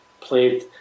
played